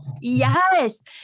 Yes